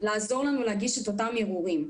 לעזור לנו להגיש את הערעורים.